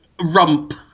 rump